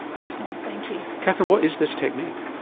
thanks norman. thank you. katherine, what is this technique?